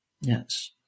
Yes